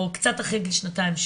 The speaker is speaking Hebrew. או קצת אחרי גיל שנתיים,